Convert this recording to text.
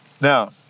Now